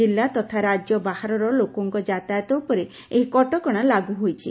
ଜିଲ୍ଲା ତଥା ରାଜ୍ୟ ବାହାରର ଲୋକଙ୍ଙ ଯାତାୟାତ ଉପରେ ଏହି କଟକଣା ଲାଗୁ ହୋଇଛି